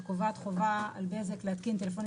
שקובעת חובה על בזק להתקין טלפונים